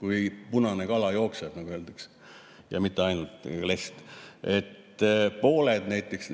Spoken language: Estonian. kui punane kala jookseb, nagu öeldakse, ja mitte ainult lest, et näiteks pooled